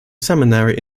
seminary